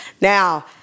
Now